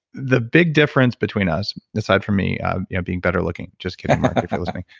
the big difference between us, aside from me being better looking. just kidding, marc, if you're listening.